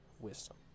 wisdom